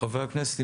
חברי הכנסת,